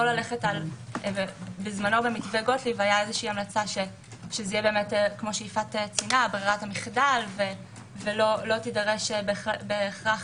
בזמנו במתווה גוטליב היתה המלצה שזה יהיה ברירת מחדל ולא תידרש בהכרח